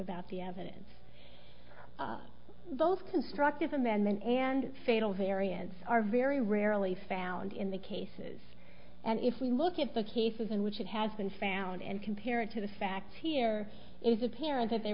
about the evidence both constructive amendment and fatal variance are very rarely found in the cases and if we look at the cases in which it has been found and compare it to the facts here is apparent that there